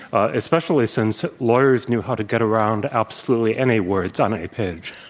especially since lawyers knew how to get around absolutely any words on a page.